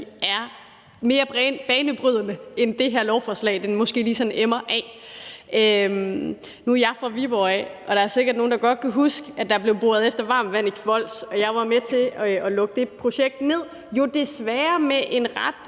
er mere banebrydende, end det her lovforslag måske lige sådan emmer af. Nu er jeg fra Viborg af, og der er sikkert nogen, der godt kan huske, at der blev boret efter varmt vand i Kvols. Jeg var med til at lukke det projekt ned, jo desværre med en ret